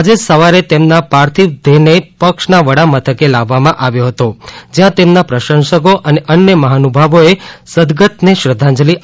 આજે સવારે તેમના પાર્થીવ દેહને પક્ષના વડા મથકે લાવવામાં આવ્યો હતો જયાં તેમના પ્રશંસકો અને અન્ય મહાનુભાવોએ સદગતને શ્રધ્ધાંજલી આપી હતી